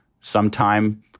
sometime